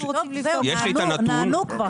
יש לי את הנתון.